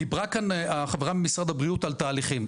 דיברה כאן החברה ממשרד הבריאות על תהליכים.